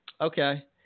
okay